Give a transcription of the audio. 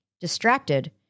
Distracted